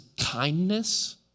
kindness